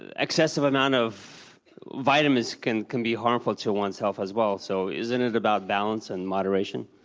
ah excessive amount of vitamins can can be harmful to one's health as well. so isn't it about balance and moderation?